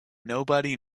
nobody